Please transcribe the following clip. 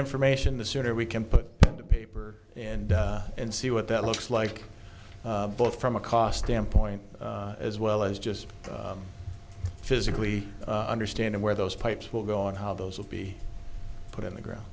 information the sooner we can put to paper and and see what that looks like both from a cost standpoint as well as just physically understanding where those pipes will go and how those will be put on the ground